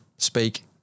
speak